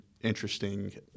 interesting